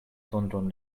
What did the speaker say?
tondron